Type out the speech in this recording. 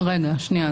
רגע, שנייה.